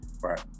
Right